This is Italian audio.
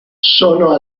sono